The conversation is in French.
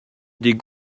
des